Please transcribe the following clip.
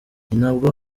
ninabwo